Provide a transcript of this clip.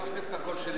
נא להוסיף את הקול שלי